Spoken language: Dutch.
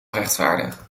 rechtvaardig